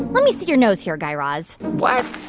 let me see your nose hair, guy raz what?